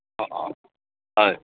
অঁ অঁ হয়